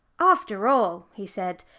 after all, he said,